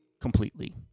completely